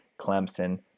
Clemson